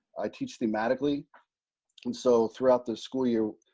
i teach thematically and so throughout the school year,